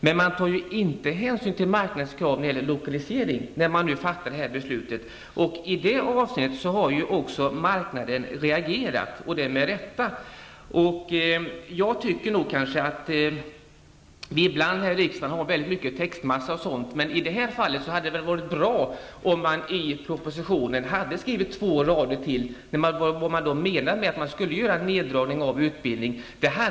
Men man tar inte hänsyn till marknadens krav när det gäller lokaliseringen vid fattandet av detta beslut, och i det avseendet har marknaden också, med rätta, reagerat. Jag tycker att vi här i riksdagen ibland har väl stora textmassor, men i det här fallet hade det varit bra om man i propositionen hade lagt till två rader, där man hade talat om vad man menar med att en neddragning av utbildningen skall göras.